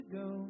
go